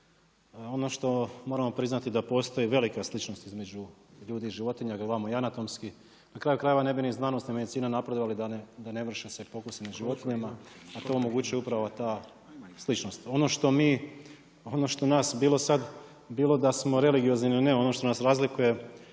Ono što moramo priznati da postoji velika sličnost između ljudi i životinja, kada gledamo i anatomski. Na kraju krajeva, ne bi ni znanost ni medicina napredovali da ne vrše se pokusi nad životinjama, a to omogućuje upravo ta sličnost. Ono što nas bilo sad, bilo da samo religiozni ili ne, ono što nas razlikuje